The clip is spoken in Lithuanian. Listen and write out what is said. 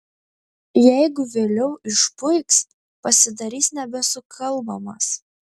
jeigu vėliau išpuiks pasidarys nebesukalbamas